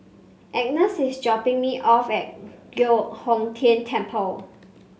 Agnes is dropping me off at Giok Hong Tian Temple